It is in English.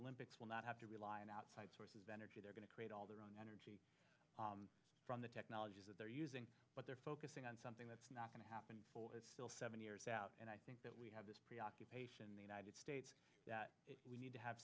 olympics will not have to rely on outside sources of energy they're going to create all their own energy from the technologies that they're using but they're focusing on something that's not going to happen still seven years out and i think that we have this preoccupation the united states that we need to have